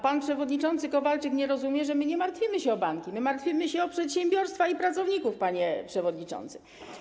Pan przewodniczący Kowalczyk nie rozumie, że my nie martwimy się o banki, my martwimy się o przedsiębiorstwa i pracowników, panie przewodniczący.